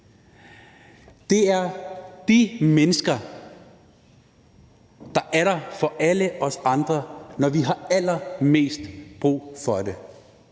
Det er de mennesker, der er der for alle os andre, når vi har allermest brug for det.